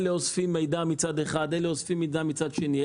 אלה אוספים מידע מצד אחד ואלה אוספים מידע מצד שני.